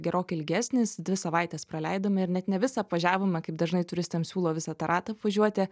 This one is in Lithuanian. gerokai ilgesnis dvi savaites praleidome ir net ne visa apvažiavome kaip dažnai turistams siūlo visą tą ratą apvažiuoti